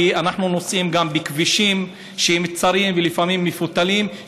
כי אנחנו נוסעים גם בכבישים שהם צרים ולפעמים מפותלים,